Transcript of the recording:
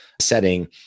setting